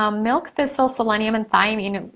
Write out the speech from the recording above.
um milk thistle, selenium, and thiamine.